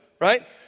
right